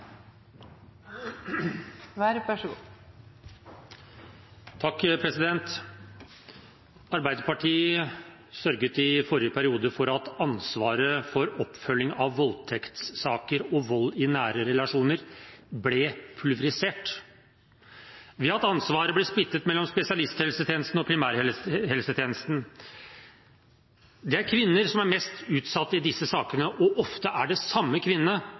Arbeiderpartiet sørget i forrige periode for at ansvaret for oppfølging av voldtektssaker og vold i nære relasjoner ble pulverisert ved at ansvaret ble splittet mellom spesialisthelsetjenesten og primærhelsetjenesten. Det er kvinner som er mest utsatt i disse sakene, og ofte er det samme kvinne